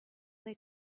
they